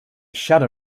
shadow